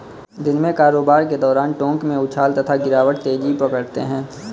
दिन में कारोबार के दौरान टोंक में उछाल तथा गिरावट तेजी पकड़ते हैं